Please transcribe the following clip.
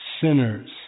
sinners